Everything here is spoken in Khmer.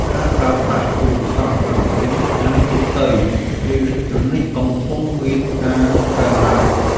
ការប្រើប្រាស់ទូរស័ព្ទដើម្បីអានសៀវភៅអេឡិចត្រូនិច កំពុងមានការកើនឡើង។